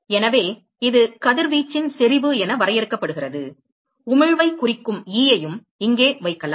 எனவே இது கதிர்வீச்சின் செறிவு என வரையறுக்கப்படுகிறது உமிழ்வைக் குறிக்கும் e ஐயும் இங்கே வைக்கலாம்